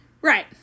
Right